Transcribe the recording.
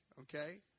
okay